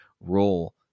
role